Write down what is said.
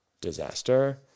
disaster